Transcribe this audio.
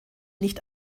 nicht